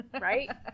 Right